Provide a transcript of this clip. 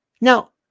Now